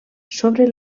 sobre